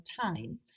time